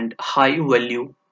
High-Value